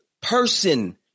person